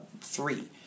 three